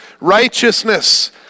righteousness